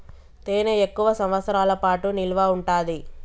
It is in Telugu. తేనె ఎక్కువ సంవత్సరాల పాటు నిల్వ ఉంటాది